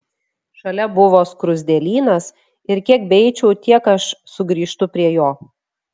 šalia buvo skruzdėlynas ir kiek beeičiau tiek aš sugrįžtu prie jo